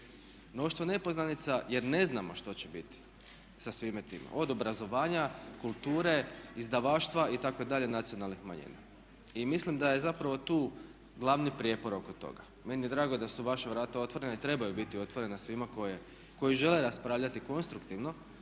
mnoštvo nepoznanica jer ne znamo što će biti sa svime time, od obrazovanja, kulture, izdavaštva itd. nacionalnih manjina. I mislim da je zapravo tu glavni prijepor oko toga. Meni je drago da su vaša vrata otvorena i trebaju biti otvorena svima koji žele raspravljati konstruktivno